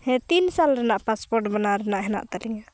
ᱦᱮᱸ ᱛᱤᱱ ᱥᱟᱞ ᱨᱮᱱᱟᱜ ᱯᱟᱥᱯᱳᱨᱴ ᱵᱮᱱᱟᱣ ᱨᱮᱱᱟᱜ ᱦᱮᱱᱟᱜ ᱛᱟᱹᱞᱤᱧᱟ